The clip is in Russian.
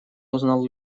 узнал